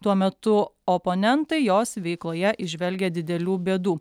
tuo metu oponentai jos veikloje įžvelgia didelių bėdų